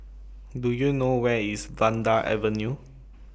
Do YOU know Where IS Vanda Avenue